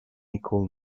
equal